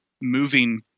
moving